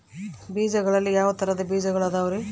ಬೇಜಗಳಲ್ಲಿ ಯಾವ ತರಹದ ಬೇಜಗಳು ಅದವರಿ?